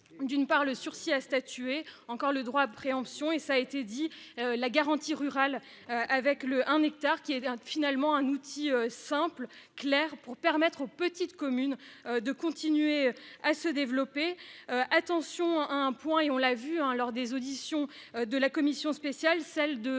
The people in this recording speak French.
D'une part le sursis à statuer encore le droit préemptions et ça a été dit la garantie rural avec le un hectare qui est finalement un outil simple clair pour permettre aux petites communes de continuer à se développer. Attention hein. Un point et on l'a vu hein lors des auditions de la commission spéciale, celle de